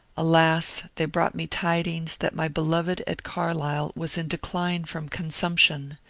alas, they brought me tidings that my beloved at carlisle was in decline from consumption,